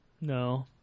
No